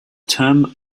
term